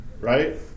Right